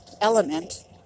element